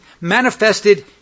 Manifested